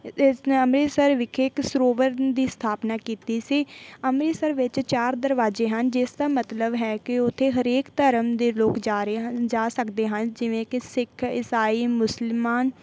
ਇਸ ਅੰਮ੍ਰਿਤਸਰ ਵਿਖੇ ਇੱਕ ਸਰੋਵਰ ਦੀ ਸਥਾਪਨਾ ਕੀਤੀ ਸੀ ਅੰਮ੍ਰਿਤਸਰ ਵਿੱਚ ਚਾਰ ਦਰਵਾਜ਼ੇ ਹਨ ਜਿਸ ਦਾ ਮਤਲਬ ਹੈ ਕਿ ਉੱਥੇ ਹਰੇਕ ਧਰਮ ਦੇ ਲੋਕ ਜਾ ਰਹੇ ਹਨ ਜਾ ਸਕਦੇ ਹਨ ਜਿਵੇਂ ਕਿ ਸਿੱਖ ਇਸਾਈ ਮੁਸਲਮਾਨ